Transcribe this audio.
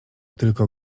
tylko